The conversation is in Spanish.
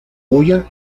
goya